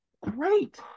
Great